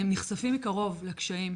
נחשפים מקרוב לקשיים.